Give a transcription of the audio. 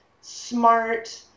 smart